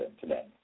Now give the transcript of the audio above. today